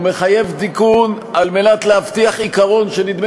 הוא מחייב תיקון כדי להבטיח עיקרון שנדמה